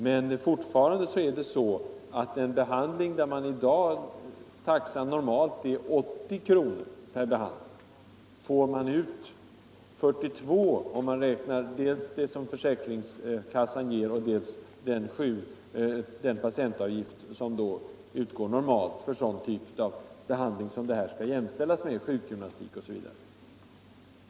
Men fortfarande är det så att vid en behandling, där taxan i dag normalt är 80 kr., får man ut 42 kr. om vi räknar med dels det som försäkringskassan ger, dels den patientavgift som utgår normalt för sådan behandling som psykoterapin i dessa fall skall jämställas med — sjukgymnastik osv.